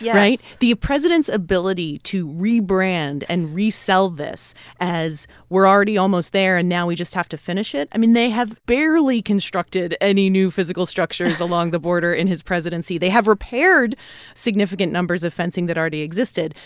right. yes the president's ability to rebrand and resell this as, we're already almost there, and now we just have to finish it i mean, they have barely constructed any new physical structures along the border in his presidency. they have repaired significant numbers of fencing that already existed.